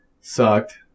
sucked